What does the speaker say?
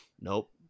Nope